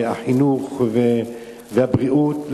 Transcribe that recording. החינוך והבריאות,